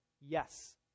yes